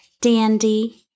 Dandy